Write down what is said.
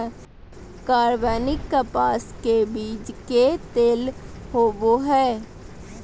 कार्बनिक कपास के बीज के तेल होबो हइ